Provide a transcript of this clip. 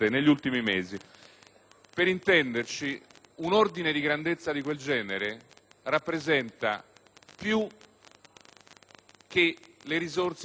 Per intenderci: un ordine di grandezza di questo genere rappresenta più che le risorse di uno Stato.